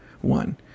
One